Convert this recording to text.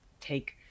take